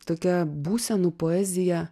tokia būsenų poezija